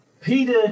Peter